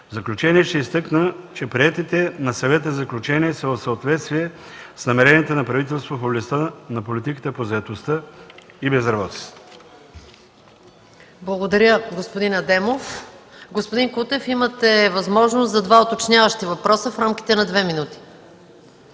заключение ще изтъкна, че приетите на Съвета заключения са в съответствие с намеренията на правителството в областта на политиката по заетостта и безработицата.